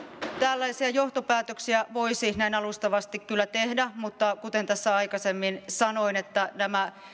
tällaisia johtopäätöksiä voisi näin alustavasti kyllä tehdä mutta kuten tässä aikaisemmin sanoin